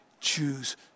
choose